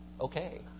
okay